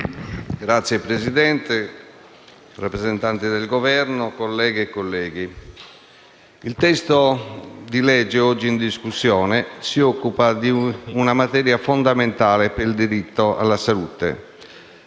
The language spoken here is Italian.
Signor Presidente, signor rappresentante del Governo, colleghe e colleghi, il testo di legge oggi in discussione si occupa di una materia fondamentale, quale il diritto alla salute